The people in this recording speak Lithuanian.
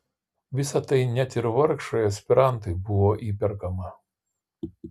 visa tai net ir vargšui aspirantui buvo įperkama